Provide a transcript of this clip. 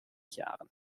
jahren